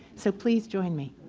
so please join me.